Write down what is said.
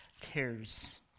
cares